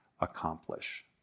accomplish